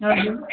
हजुर